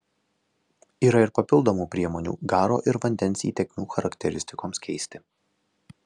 yra ir papildomų priemonių garo ir vandens įtekmių charakteristikoms keisti